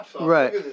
Right